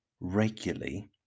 regularly